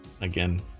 again